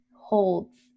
holds